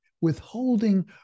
withholding